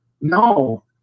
no